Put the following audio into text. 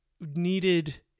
needed